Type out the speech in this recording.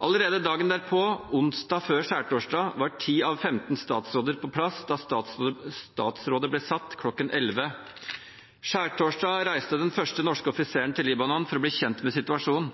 Allerede dagen derpå, onsdag før skjærtorsdag, var ti av femten statsråder på plass da statsrådet ble satt kl. 11. Skjærtorsdag reiste den første norske offiseren til Libanon for å bli kjent med situasjonen.